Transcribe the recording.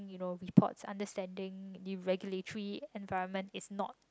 you know reports understanding regulatory environment is not